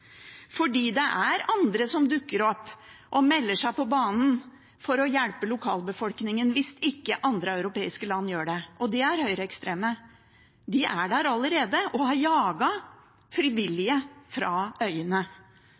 det er andre som dukker opp, som melder seg og kommer på banen for å hjelpe lokalbefolkningen hvis ikke andre europeiske land gjør det, og det er de høyreekstreme. De er der allerede og har jaget frivillige fra øyene.